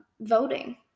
voting